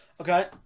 okay